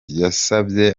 yasabye